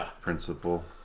principle